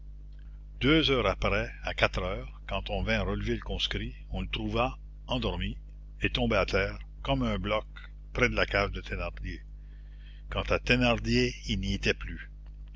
deux heures après à quatre heures quand on vint relever le conscrit on le trouva endormi et tombé à terre comme un bloc près de la cage de thénardier quant à thénardier il n'y était plus